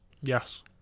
Yes